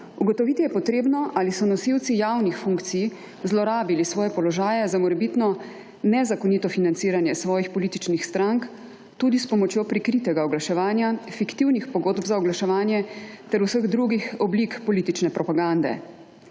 Ugotoviti je potrebno ali so nosilci javnih funkcij zlorabili svoje položaje za morebitno nezakonito financiranje svojih političnih strank tudi s pomočjo prikritega oglaševanja, fiktivnih pogodb za oglaševanje ter vseh drugih oblik politične propagande.